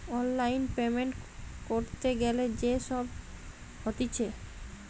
online payment ক্যরতে গ্যালে যে সব হতিছে